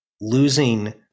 losing